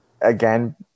again